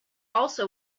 also